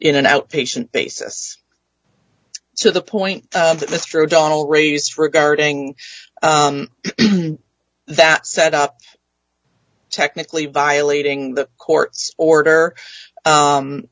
in an outpatient basis to the point that mr o'donnell raised regarding that set up technically violating the court's order